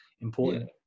important